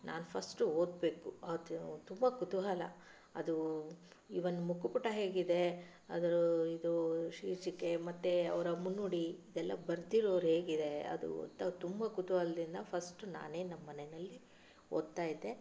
ನಾನು ಫ಼ಸ್ಟ್ ಓದ್ಬೇಕು ಅದು ತುಂಬ ಕುತೂಹಲ ಅದು ಈವನ್ ಮುಖಪುಟ ಹೇಗಿದೆ ಅದರ ಇದು ಶೀರ್ಷಿಕೆ ಮತ್ತೆ ಅದರ ಮುನ್ನುಡಿ ಇದೆಲ್ಲ ಬರೆದಿರೋರು ಹೇಗಿದೆ ಅದು ಅಂತ ತುಂಬ ಕುತೂಹಲದಿಂದ ಫ಼ಸ್ಟ್ ನಾನೇ ನಮ್ಮ ಮನೆಯಲ್ಲಿ ಓದ್ತಾ ಇದ್ದೆ